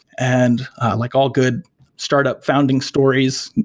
and like all good startup founding stories,